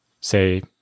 say